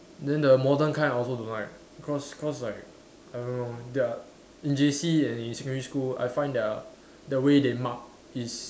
then the modern kind I also don't like cause cause like I don't know they are in J_C and in secondary school I find they are way they mark is